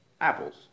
apples